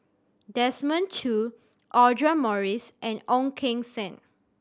Desmond Choo Audra Morrice and Ong Keng Sen